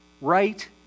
right